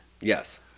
yes